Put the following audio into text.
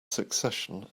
succession